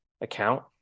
account